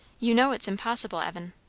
you know it's impossible, evan.